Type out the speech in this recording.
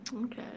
Okay